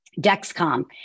Dexcom